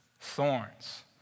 Thorns